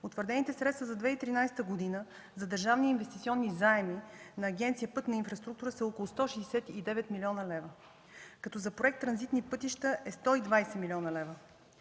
Утвърдените средства за 2013 г. за държавни инвестиционни заеми на Агенция „Пътна инфраструктура” са около 169 млн. лв., като за проект „Транзитни пътища 5” е 120 млн. лв.